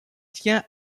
tient